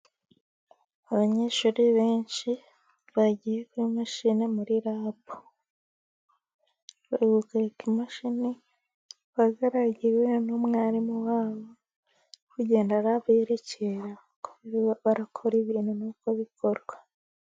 Abanyeshuri benshi bagiye kuri mashini rapga imashini bagaragiriwe n'umwarimu wabo ugen ra yerekera kuri we barakora ibintu nuko bikorwa.